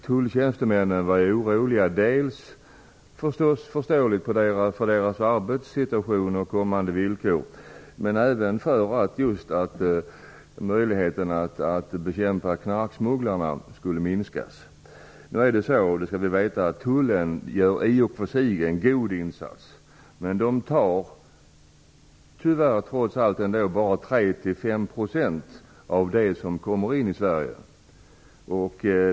Tulltjänstemännen var oroliga dels, vilket är fullt förståeligt, för sin arbetssituation och för kommande arbetsvillkor, dels för att möjligheterna att bekämpa knarksmugglarna skulle komma att minska. Tullen gör i och för sig en god insats, men den tar trots allt hand om bara 3 - 5 % av den narkotika som kommer in i Sverige.